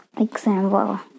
Example